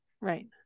right